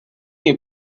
you